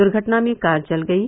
दूर्घटना में कार जल गयी